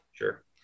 Sure